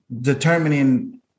determining